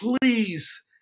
please